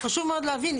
חשוב מאוד להבין,